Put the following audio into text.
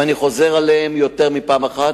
ואני חוזר עליהם יותר מפעם אחת.